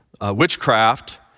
witchcraft